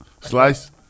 Slice